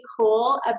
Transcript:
cool